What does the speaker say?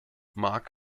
marc